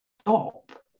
stop